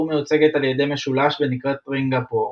מיוצגת על ידי משולש ונקראת טרינגפור,